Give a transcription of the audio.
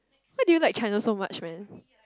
why do you like China so much man